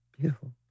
beautiful